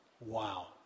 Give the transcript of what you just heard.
Wow